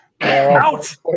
Out